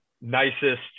nicest